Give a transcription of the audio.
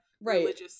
right